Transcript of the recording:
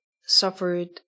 suffered